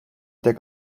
tek